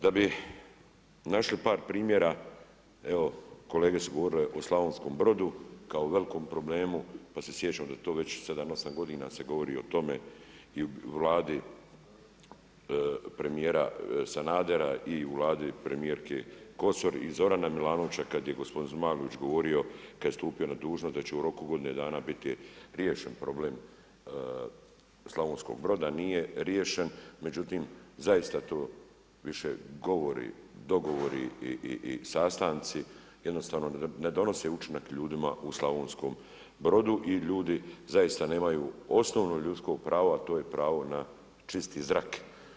Da bi našli par primjera, evo kolege su govorili o Slavonskom Brodu, kao velikom problemu, pa se sjećam da je to već 7, 8 godina se govori o tome i u Vladi premijera Sanadera i u Vladi premijerke Kosor i Zorana Milanovića kad je gospodin Zmajlović govorio, kad je stupio na dužnost da će u roku godine dana biti riješen problem Slavonskog Broda, a nije riješen, međutim zaista tu, govori, dogovori i sastanci jednostavno ne donose učinak ljudima u Slavonskom Brodu i ljudi zaista nemaju osnovno ljudsko pravo, a to je pravo na čisti zrak.